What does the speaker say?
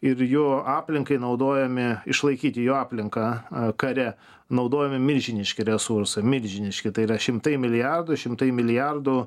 ir jo aplinkai naudojami išlaikyti jo aplinką kare naudojami milžiniški resursai milžiniški tai yra šimtai milijardų šimtai milijardų